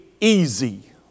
easy